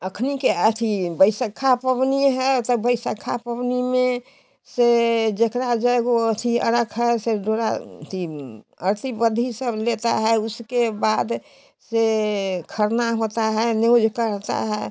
अखनी के अथी बइसखा पवनी है तो बइसखा पवनी में से जेकरा जैगो अथी अरख है सो डोरा अथी बधी सब लेता है उसके बाद से खरना होता है न्यूज़ करता है